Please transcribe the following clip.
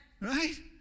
Right